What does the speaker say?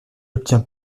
obtient